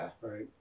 right